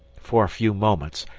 for a few moments,